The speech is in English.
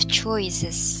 choices